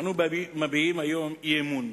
אנו מביעים היום אי-אמון,